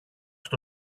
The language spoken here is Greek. στο